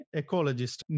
ecologist